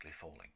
falling